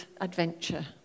adventure